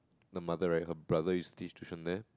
the mother right her brother is tuition there